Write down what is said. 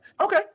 Okay